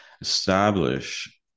establish